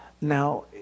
Now